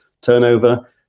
turnover